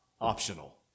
optional